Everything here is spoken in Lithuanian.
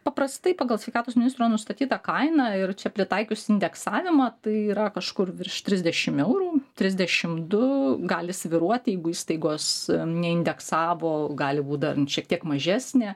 paprastai pagal sveikatos ministro nustatytą kainą ir čia pritaikius indeksavimą tai yra kažkur virš trisdešimt eurų trisdešimt du gali svyruoti jeigu įstaigos neindeksavo gali būti dar šiek tiek mažesnė